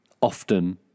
often